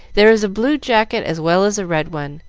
there is a blue jacket as well as a red one,